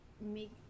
make